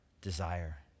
desire